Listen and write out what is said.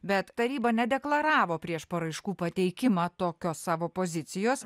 bet taryba nedeklaravo prieš paraiškų pateikimą tokios savo pozicijos